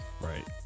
right